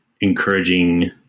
encouraging